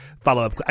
follow-up